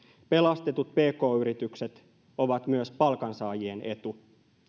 pelastetut pk yritykset ovat myös palkansaajien etu